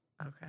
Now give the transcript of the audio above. Okay